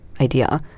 idea